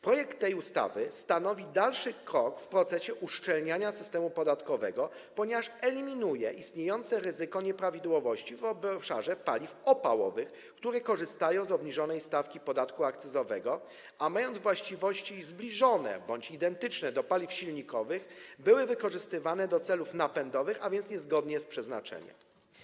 Projekt tej ustawy stanowi dalszy krok w procesie uszczelniania systemu podatkowego, ponieważ eliminuje istniejące ryzyko nieprawidłowości w obszarze paliw opałowych, które korzystają z obniżonej stawki podatku akcyzowego, a mając właściwości zbliżone bądź identyczne do właściwości paliw silnikowych, były wykorzystywane do celów napędowych, a więc niezgodnie z przeznaczeniem.